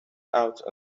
out